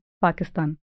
Pakistan